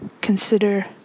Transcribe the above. consider